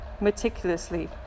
meticulously